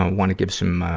ah wanna give some, ah,